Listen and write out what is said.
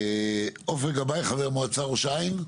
עופר גבאי, חבר מועצה, ראש העין.